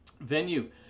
venue